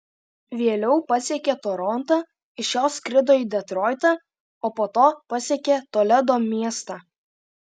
vėliau pasiekė torontą iš jo skrido į detroitą o po to pasiekė toledo miestą